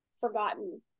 forgotten